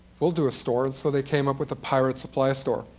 we'll do a store. so they came up with a pirates supply store.